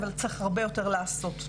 אבל צריך הרבה יותר לעשות.